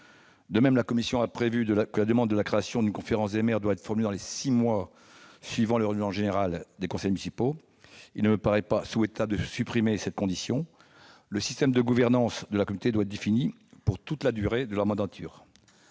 De même, la commission a prévu que la demande de création d'une conférence des maires devrait être formulée dans les six mois suivant le renouvellement général des conseils municipaux. Il ne me paraît pas souhaitable de supprimer cette condition : le système de gouvernance fixé doit être défini pour toute la durée de la mandature.